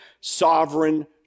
sovereign